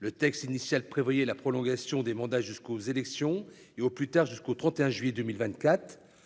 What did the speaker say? Le texte initial prévoyait la prolongation des mandats jusqu'aux élections et au plus tard jusqu'au 31 juillet 2024.